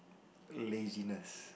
laziness